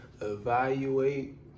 Evaluate